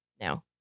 No